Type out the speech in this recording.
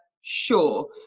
sure